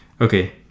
Okay